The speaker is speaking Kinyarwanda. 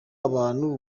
abantu